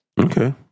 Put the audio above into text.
Okay